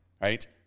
right